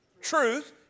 truth